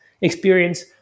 experience